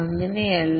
അങ്ങനെയല്ല